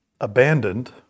abandoned